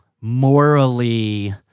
morally